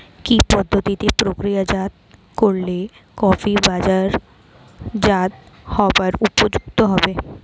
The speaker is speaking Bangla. কি পদ্ধতিতে প্রক্রিয়াজাত করলে কফি বাজারজাত হবার উপযুক্ত হবে?